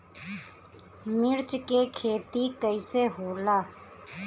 मिर्च के खेती कईसे होला?